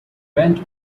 went